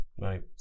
Right